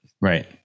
Right